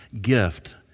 gift